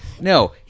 No